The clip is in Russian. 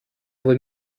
его